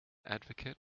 advocate